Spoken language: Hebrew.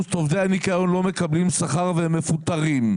ביולי-אוגוסט עובדי הניקיון לא מקבלים שכר והם מפוטרים.